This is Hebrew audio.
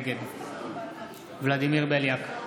נגד ולדימיר בליאק,